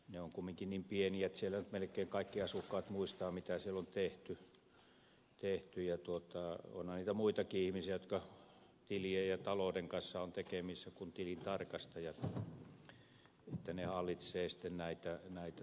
ne ovat kumminkin niin pieniä että siellä nyt melkein kaikki asukkaat muistavat mitä siellä on tehty ja onhan niitä muitakin ihmisiä jotka tilien ja talouden kanssa ovat tekemisissä ja hallitsevat näitä kuin tilintarkastajat